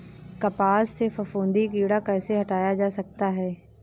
कपास से फफूंदी कीड़ा कैसे हटाया जा सकता है?